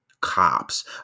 Cops